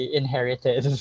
inherited